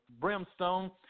brimstone